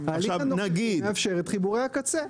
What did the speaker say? ההליך הנוכחי מאפשר את חיבורי הקצה.